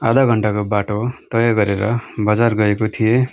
आधा घन्टाको बाटो तय गरेर बजार गएको थिएँ